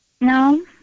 No